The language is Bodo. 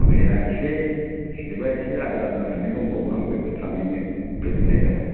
माबाया एसे स्क्रिप्टआ एसे आद्रा जानानै दंबावो आं बेखौ थाबैनो फोजोबनाय जागोन